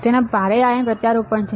તેમાં ભારે આયન પ્રત્યારોપણ છે